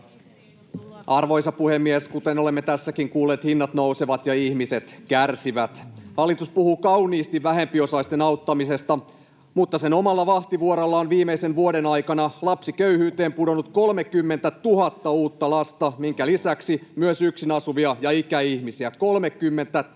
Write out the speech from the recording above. Arvoisa puhemies! Kuten olemme tässäkin kuulleet, hinnat nousevat ja ihmiset kärsivät. Hallitus puhuu kauniisti vähempiosaisten auttamisesta, mutta sen omalla vahtivuorolla on viimeisen vuoden aikana lapsiköyhyyteen pudonnut 30 000 uutta lasta, minkä lisäksi myös yksin asuvia ja ikäihmisiä 30 000.